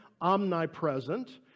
omnipresent